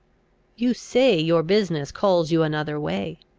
you say your business calls you another way,